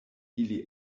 ili